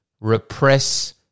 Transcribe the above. repress